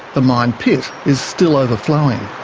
the mine pit is still overflowing.